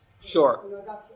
Sure